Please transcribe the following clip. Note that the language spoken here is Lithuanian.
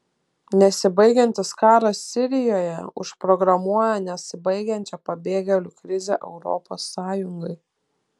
nesibaigiantis karas sirijoje užprogramuoja nesibaigiančią pabėgėlių krizę europos sąjungai